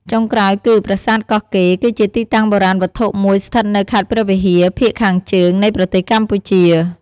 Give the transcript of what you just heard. ចុងក្រោយគឺ ប្រាសាទកោះកេរ គឺជាទីតាំងបុរាណវត្ថុមួយស្ថិតនៅខេត្តព្រះវិហារ ភាគខាងជើងនៃប្រទេសកម្ពុជា។